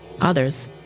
Others